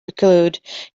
preclude